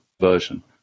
version